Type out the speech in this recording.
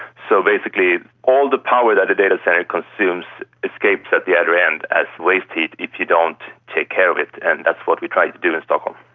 so basically all the power that a data centre consumes escapes at the other end as waste heat if you don't take care of it. and that's what we try to do in stockholm.